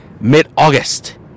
mid-August